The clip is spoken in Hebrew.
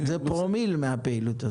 זה פרומיל מהפעילות הזאת.